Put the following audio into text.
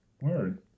Word